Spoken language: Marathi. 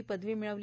ही पदवी मिळाली